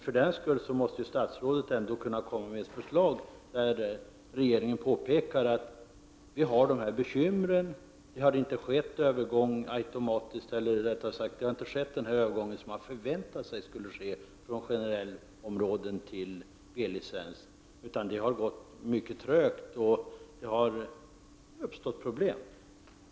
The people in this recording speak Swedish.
För den sakens skull måste statsrådet ändå kunna komma med ett förslag, där regeringen påpekar att vi har detta bekymmer — det har inte skett den övergång som man har förväntat sig skulle ske från generellområden till områden med B-licens, det har gått mycket trögt och det har uppstått problem.